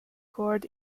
chord